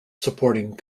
supporting